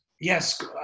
yes